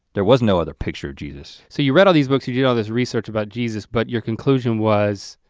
there was no other picture of jesus. so you read all these books, you did all this research about jesus but your conclusion was